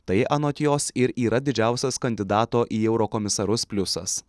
tai anot jos ir yra didžiausias kandidato į eurokomisarus pliusas